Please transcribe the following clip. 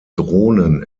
drohnen